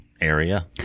area